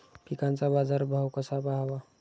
पिकांचा बाजार भाव कसा पहावा?